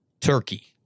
turkey